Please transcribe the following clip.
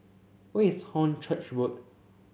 where is Hornchurch Road